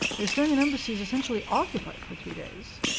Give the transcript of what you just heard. the estonian embassy is essentially occupied for three days,